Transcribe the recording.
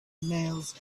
nails